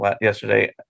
yesterday